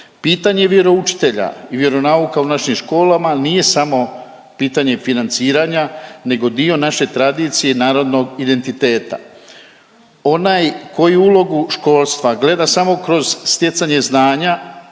Pitanje vjeroučitelja i vjeronauka u našim školama nije samo pitanje financiranja nego dio naše tradicije i narodnog identiteta. Onaj koji ulogu školstva gleda samo kroz stjecanje znanja